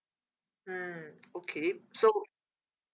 mm okay so